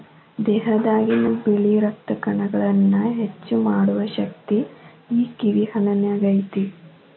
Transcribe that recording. ದೇಹದಾಗಿನ ಬಿಳಿ ರಕ್ತ ಕಣಗಳನ್ನಾ ಹೆಚ್ಚು ಮಾಡು ಶಕ್ತಿ ಈ ಕಿವಿ ಹಣ್ಣಿನ್ಯಾಗ ಐತಿ